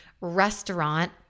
restaurant